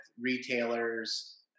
retailers